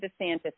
DeSantis